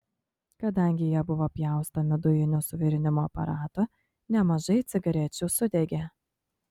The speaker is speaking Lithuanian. kadangi jie buvo pjaustomi dujiniu suvirinimo aparatu nemažai cigarečių sudegė